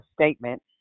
statement